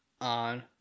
on